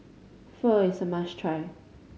pho is a must try